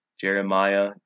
Jeremiah